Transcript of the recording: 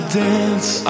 dance